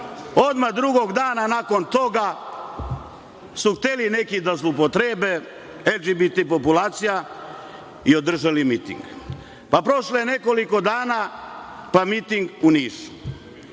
odmah drugog dana odmah nakon toga su hteli neki da zloupotrebe LGBT populacija i održali miting. Pa, prošlo je nekoliko dana, pa miting u Nišu.